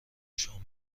شام